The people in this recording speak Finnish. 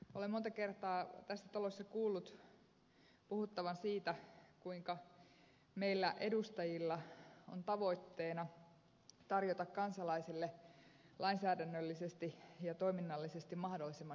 olen monta kertaa tässä talossa kuullut puhuttavan siitä kuinka meillä edustajilla on tavoitteena tarjota kansalaisille lainsäädännöllisesti ja toiminnallisesti mahdollisimman hyvä elämä